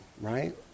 right